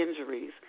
injuries